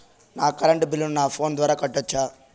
నా కరెంటు బిల్లును నా ఫోను ద్వారా కట్టొచ్చా?